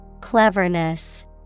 Cleverness